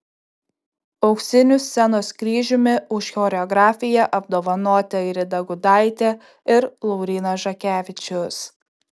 auksiniu scenos kryžiumi už choreografiją apdovanoti airida gudaitė ir laurynas žakevičius